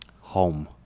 Home